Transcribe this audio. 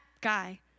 guy